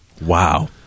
Wow